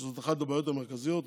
שזאת אחת הבעיות המרכזיות.